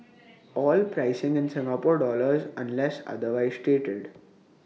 all pricing in Singapore dollars unless otherwise stated